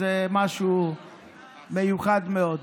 זה משהו מיוחד מאוד.